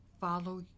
Follow